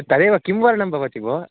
तदेव किं वर्णं भवति भोः